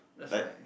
that's right